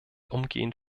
umgehend